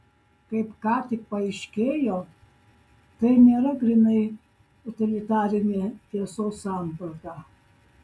kaip ką tik paaiškėjo tai nėra grynai utilitarinė tiesos samprata